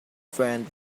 friend